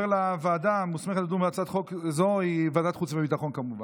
2023, לוועדת החוץ והביטחון, נתקבלה.